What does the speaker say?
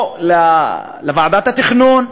או את ועדת התכנון,